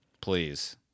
Please